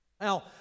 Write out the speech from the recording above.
Now